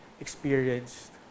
experienced